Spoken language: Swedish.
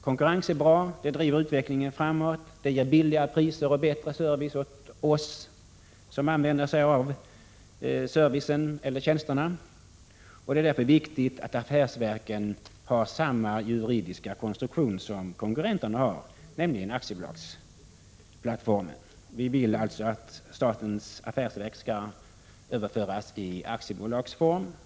Konkurrens är bra, den driver utvecklingen framåt, den ger lägre priser och bättre servic åt oss som använder oss av servicen och tjänsterna. Det är därför viktigt att affärsverken har samma juridiska konstruktion som konkurrenterna, nämligen aktiebolagsplattformen. Vi vill alltså att statens affärsverk skall överföras till aktiebolagsform.